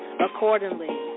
accordingly